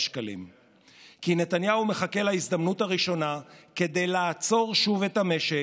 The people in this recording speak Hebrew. הכנסת עוד לא התחילה את עבודתה,